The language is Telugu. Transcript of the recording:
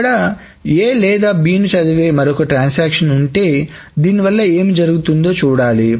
ఇక్కడ A లేదా B ను చదివే మరొక ట్రాన్సాక్షన్ ఉంటే దీనివల్ల ఏం జరుగుతుందో చూడాలి